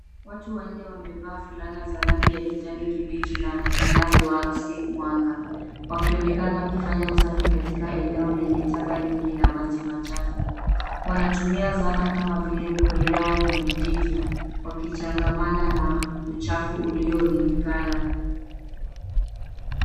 Watu wannne wamevaa fulana za rangi ya kijani kibichi na zinazoakisi mwanga wakionekana wakifanya usafi katika eneo lenye taka nyingi na maji machafu. Wanatumia zana kama vile koleo na vijiti wakichangamana na uchafu uliorundikana.